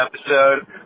episode